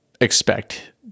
expect